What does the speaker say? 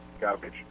garbage